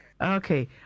Okay